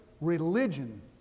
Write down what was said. religion